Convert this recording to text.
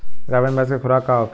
गाभिन भैंस के खुराक का होखे?